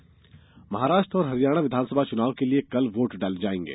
विधानसभा चुनाव महाराष्ट्र और हरियाणा विधानसभा चुनाव के लिये कल वोट डाले जाएंगे